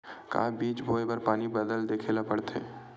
का बीज बोय बर पानी बादल देखेला पड़थे?